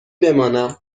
بمانم